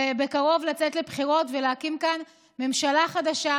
ובקרוב לצאת לבחירות ולהקים כאן ממשלה חדשה,